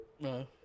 No